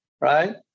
right